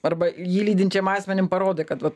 arba jį lydinčiam asmenim parodai kad va